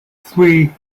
three